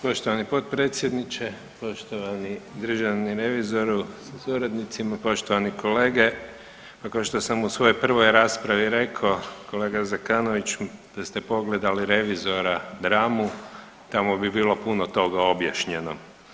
Poštovani potpredsjedniče, poštovani državni revizoru sa suradnicima, poštovani kolege, nakon što sam u svojoj prvoj raspravi rekao kolega Zekanoviću da ste pogledali revizora dramu tamo bi bilo puno toga objašnjeno.